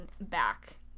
back